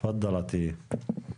תפאדל, עטיה.